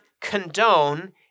condone